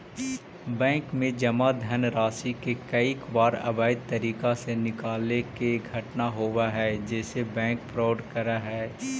bank में जमा धनराशि के कईक बार अवैध तरीका से निकाले के घटना होवऽ हइ जेसे बैंक फ्रॉड करऽ हइ